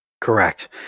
Correct